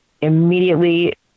immediately